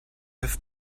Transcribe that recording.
have